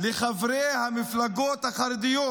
לחברי המפלגות החרדיות,